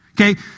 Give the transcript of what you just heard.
Okay